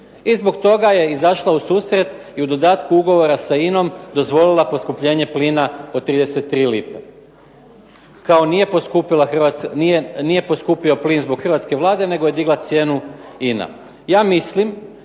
i zbog toga je izašla u susret i u dodatku ugovora sa INA-om dozvolila poskupljenje plina od 33 lipe. Kao nije poskupio plin zbog hrvatske Vlade, nego je digla cijenu INA. Ja mislim